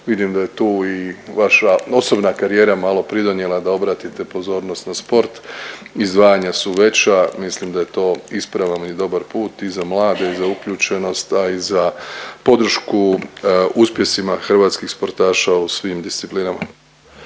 vidim da je tu i vaša osobna karijera malo pridonijela da obratite pozornost na sport. Izdvajanja su veća, mislim da je to ispravan i dobar put i za mlade i za uključenost, a i za podršku uspjesima hrvatskih sportaša u svim disciplinama.